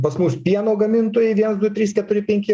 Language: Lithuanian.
pas mus pieno gamintojai viens du trys keturi penki